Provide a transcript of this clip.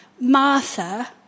Martha